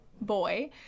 boy